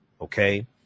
okay